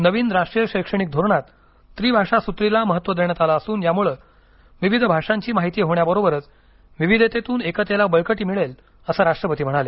नवीन राष्ट्रीय शैक्षणिक धोरणात त्रिभाषा सूत्रीला महत्त्व देण्यात आलं असून यामुळे विविध भाषांची माहिती होण्याबरोबरच विविधतेतून एकतेला बळकटी मिळेल असं राष्ट्रपती म्हणाले